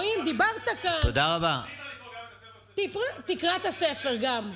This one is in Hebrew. אלוהים, דיברת כאן, תקרא את הספר גם.